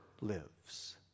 lives